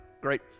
great